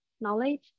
knowledge